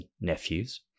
nephews